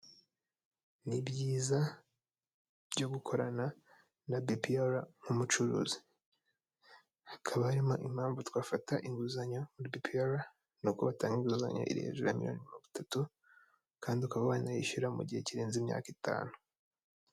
Ni byiza byo gukorana na bipiyara nk'umucuruzi; hakaba harimo impamvu twafata inguzanyo muri bipiyara n'uko batanga inguzanyo iri hejuru ya miliyoni mirongo itatu kandi ukaba wanayishyura mu gihe kirenze imyaka itanu.